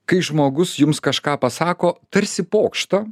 kai žmogus jums kažką pasako tarsi pokštą